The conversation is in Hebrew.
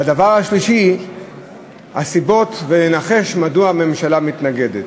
והדבר השלישי, הסיבות, ואנחש מדוע הממשלה מתנגדת.